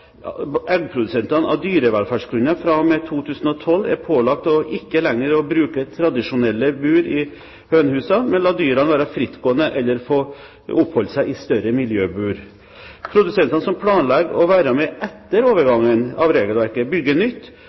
eggprodusentene av dyrevelferdsgrunner fra og med 2012 er pålagt ikke lenger å bruke tradisjonelle bur i hønsehusene, men la dyrene være frittgående eller få oppholde seg i større miljøbur. Produsentene som planlegger å være med etter overgangen av regelverket, bygger nytt